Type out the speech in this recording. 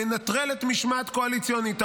מנטרלת משמעת קואליציונית.